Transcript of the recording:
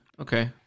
okay